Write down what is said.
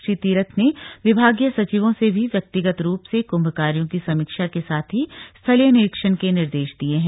श्री तीरथ ने विभागीय सचिवों से भी व्यक्तिगत रूप से कुम्भ कार्यों की समीक्षा के साथ ही स्थलीय निरीक्षण के निर्देश दिये है